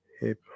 hip